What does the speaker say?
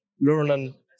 learning